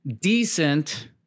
decent